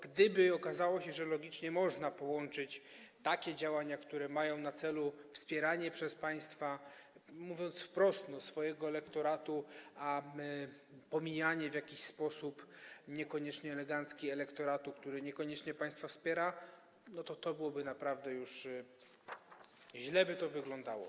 Gdyby okazało się, że logicznie można połączyć działania, które mają na celu wspieranie przez państwa, mówiąc wprost, swojego elektoratu, z pomijaniem w jakiś sposób, niekoniecznie elegancki, elektoratu, który niekoniecznie państwa wspiera, to byłoby to naprawdę już... źle by to wyglądało.